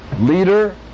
leader